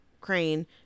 crane